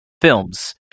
films